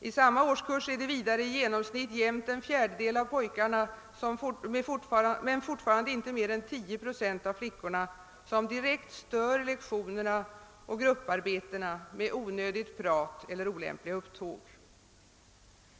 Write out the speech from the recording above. I samma årskurs är det vidare i genomsnitt jämnt en fjärdedel av pojkarna men fortfarande inte mer än 10 procent av flickorna som direkt »stör lektioner och grupparbete med onödigt prat eller olämpliga upptåg».